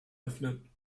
öffnen